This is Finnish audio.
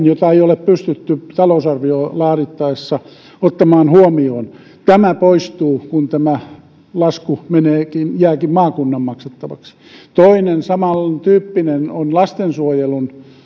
jota ei ole pystytty talousarviota laadittaessa ottamaan huomioon tämä poistuu kun tämä lasku jääkin maakunnan maksettavaksi toinen samantyyppinen on lastensuojelun